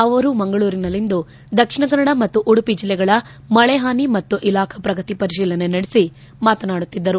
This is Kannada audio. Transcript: ಅವರು ಮಂಗಳೂರಿನಲ್ಲಿಂದು ದಕ್ಷಿಣ ಕನ್ನಡ ಮತ್ತು ಉಡುಪಿ ಜಿಲ್ಲೆಗಳ ಮಳೆಹಾನಿ ಮತ್ತು ಇಲಾಖ ಪ್ರಗತಿ ಪರಿಶೀಲನೆ ನಡೆಸಿ ಮಾತನಾಡುತ್ತಿದ್ದರು